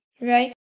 right